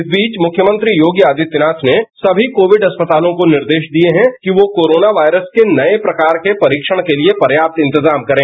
इस बीच मुख्यमंत्री योगी आदित्यनाथ ने सभी कोविड अस्पतालों को निर्देश दिए हैं कि वो कोरोना वायरस के नए प्रकार के परीक्षण के लिए पर्याप्त इंजजम करें